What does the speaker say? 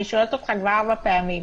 אני שואלת אותך כבר ארבע פעמים.